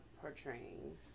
portraying